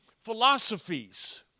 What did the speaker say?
philosophies